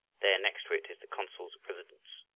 there, next to it, is the consul's residence.